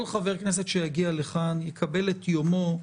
כל חבר כנסת שיגיע לכאן יקבל את יומו.